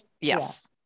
Yes